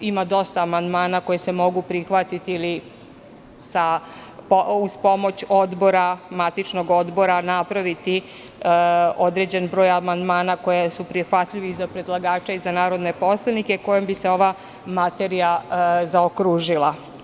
Ima dosta amandmana koji se mogu prihvatiti i uz pomoć matičnog odbora napraviti određen broj amandmana koji su prihvatljivi za predlagača i narodne poslanike, a kojim bi se ova materija zaokružila.